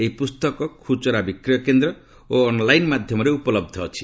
ଏହି ପୁସ୍ତକ ଖୁଚୁରା ବିକ୍ରୟ କେନ୍ଦ୍ର ଓ ଅନ୍ଲାଇନ୍ ମାଧ୍ୟମରେ ଉପଲବ୍ଧ ଅଛି